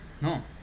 No